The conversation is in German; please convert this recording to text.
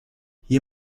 hier